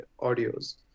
audios